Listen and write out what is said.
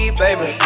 baby